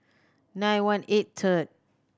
nine one eight third